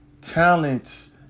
talents